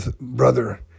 brother